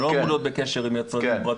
אני לא אמור להיות בקשר עם יצרנים פרטיים,